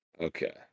okay